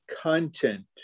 content